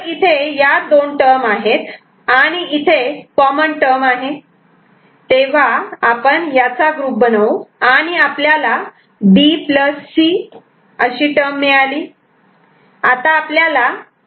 तर इथे या दोन टर्म आहेत आणि आणि इथे कॉमन टर्म आहे तेव्हा आपण याचा ग्रुप बनवू आणि आपल्याला B C टर्म असे मिळाले